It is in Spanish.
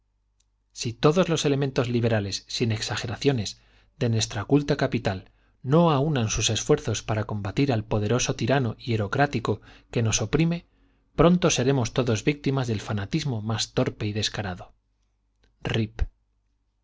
si todos los elementos liberales sin exageraciones de nuestra culta capital no aúnan sus esfuerzos para combatir al poderoso tirano hierocrático que nos oprime pronto seremos todos víctimas del fanatismo más torpe y descarado r